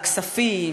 הכספים,